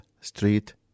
street